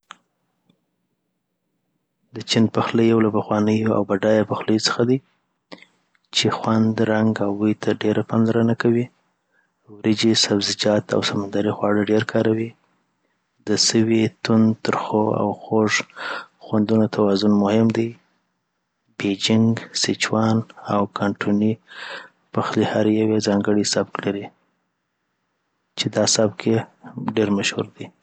د چین پخلی یو له پخوانیو او بډایو پخلیو څخه دی، چې خوند، رنګ او بوی ته ډېره پاملرنه کوي. وریجې، سبزیجات، او سمندري خواړه ډېر کاروي. د سوي، تند، ترخو او خوږ خوندونو توازن مهم دی. بیجینګ، سیچوان، او کانټوني پخلی هر یو یی ځانګړی سبک لري چی دا سبک یی ډیر مشهور دی.